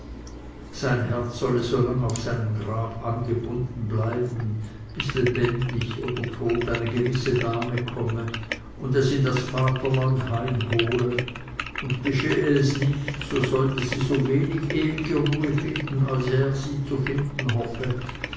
sein herz solle so lang auf seinem grab angebunden bleiben bis lebendig oder tot eine gewisse dame komme und es in das vaterland heimhole und geschehe es nicht so sollte sie sowenig die ewige ruhe finden als er sie zu finden hoffe